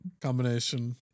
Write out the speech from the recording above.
combination